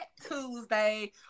Tuesday